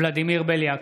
ולדימיר בליאק,